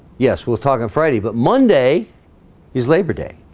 yes, we'll talk on friday, but monday is labor day?